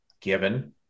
given